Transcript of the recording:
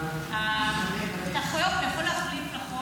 שוב, אדוני השר, לרשותך עשר דקות.